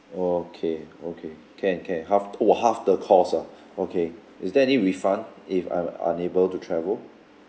okay okay can can half oh half the cost ah okay is there any refund if I'm unable to travel